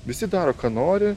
visi daro ką nori